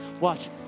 Watch